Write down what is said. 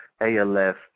ALF